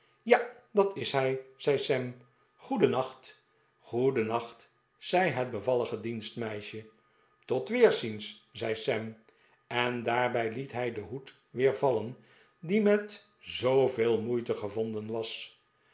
ja dat is hij zei sam goedennacht goedennacht zei het bevallige dienstmeisje tot weerziens zei sam en daarbij liet hij den hoed weer vallen die met zooveel moeit'e gevonden was